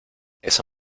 esa